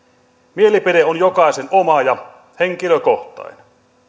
mielipide on jokaisen oma ja henkilökohtainen